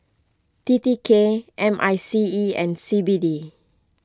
T T K M I C E and C B D